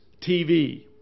TV